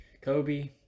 Kobe